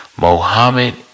Mohammed